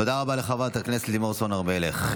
תודה רבה לחברת הכנסת לימור סון הר מלך.